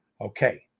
Okay